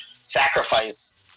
sacrifice